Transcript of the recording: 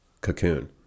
cocoon